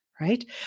right